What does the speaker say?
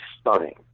stunning